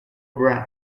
brown